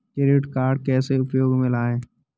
Credit card कैसे उपयोग में लाएँ?